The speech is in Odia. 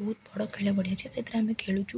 ବହୁତ ବଡ଼ ଖେଳ ପଡ଼ିିଆ ଅଛି ସେଥିରେ ଆମେ ଖେଳୁଛୁ